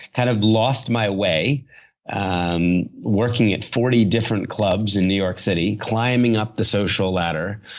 kind of lost my way um working at forty different clubs in new york city. climbing up the social ladder.